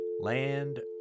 land